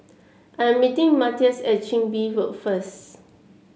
I am meeting Mathias at Chin Bee Road first